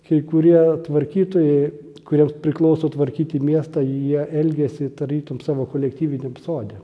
kai kurie tvarkytojai kuriems priklauso tvarkyti miestą jie elgiasi tarytum savo kolektyviniam sode